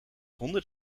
honderd